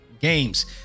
games